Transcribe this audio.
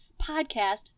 Podcast